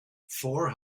four